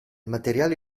materiale